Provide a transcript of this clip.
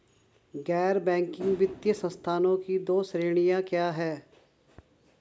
गैर बैंकिंग वित्तीय संस्थानों की दो श्रेणियाँ क्या हैं?